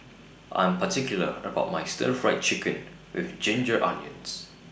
I'm particular about My Stir Fried Chicken with Ginger Onions